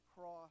cross